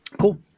cool